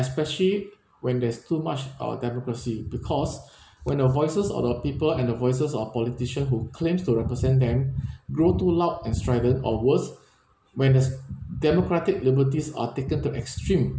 especially when there's too much uh democracy because when the voices of the people and the voices of politician who claims to represent them grow too loud and strengthen or worse when there's democratic liberties are taken to extreme